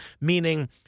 meaning